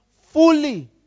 fully